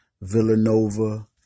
Villanova